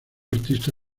artista